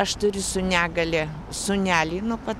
aš turiu su negalia sūnelį nuo pat